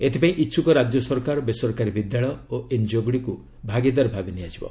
ଏଥିପାଇଁ ଇଚ୍ଛୁକ ରାଜ୍ୟ ସରକାର ବେସରକାରୀ ବିଦ୍ୟାଳୟ ଓ ଏନ୍ଜିଓଗୁଡ଼ିକୁ ଭାଗିଦାର ଭାବେ ନିଆଯିବ